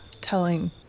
telling